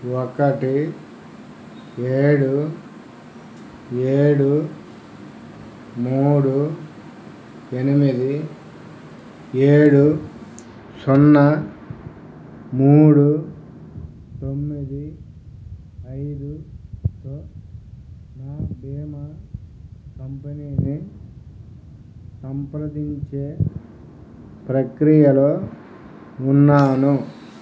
ఒకటి ఏడు ఏడు మూడు ఎనిమిది ఏడు సున్నా మూడు తొమ్మిది ఐదు తో నా బీమా కంపెనీని సంప్రదించే ప్రక్రియలో ఉన్నాను